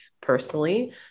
personally